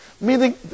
Meaning